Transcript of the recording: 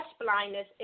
blindness